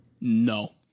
No